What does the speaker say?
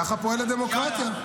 ככה פועלת דמוקרטיה.